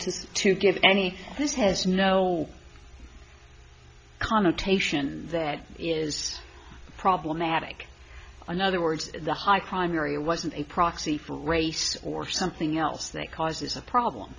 to to give any this has no connotation that is problematic another words the high crime area wasn't a proxy for race or something else that causes a problem